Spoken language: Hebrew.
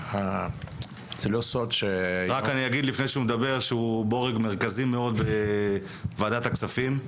רק אני אגיד לפני שהוא מדבר שהוא בורג מרכזי מאוד בוועדת הכספים,